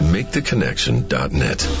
MakeTheConnection.net